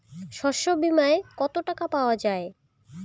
শস্য বিমায় কত টাকা পাওয়া যায়?